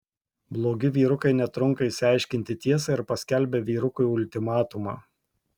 blogi vyrukai netrunka išsiaiškinti tiesą ir paskelbia vyrukui ultimatumą